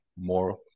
more